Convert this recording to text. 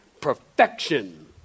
perfection